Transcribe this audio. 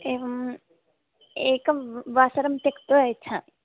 एवम् एकं वासरं त्यक्त्वा यच्छामि